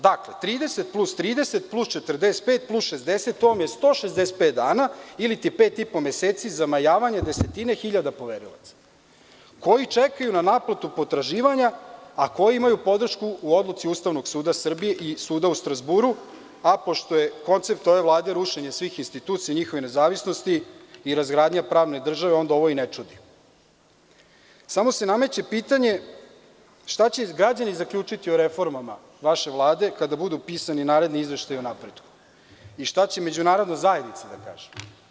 Dakle, 30, plus 30, plus 45, plus 60, to vam je 165 dana ili pet i po meseci zamajavanja desetine hiljada poverilaca, koji čekajuna naplatu potraživanja, a koji imaju podršku u odluci Ustavnog suda Srbije i suda u Strazburu, a pošto je koncept ove Vlade rušenje svih institucija i njihove nezavisnosti i razgradnja pravne države, onda ovo i ne čudi, samo se nameće pitanje – šta će građani zaključiti o reformama vaše Vlade kada budu pisani naredni izveštaji o napretku i šta će međunarodna zajednica da kaže?